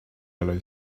yellow